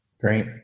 Great